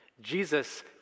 Jesus